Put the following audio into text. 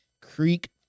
Creek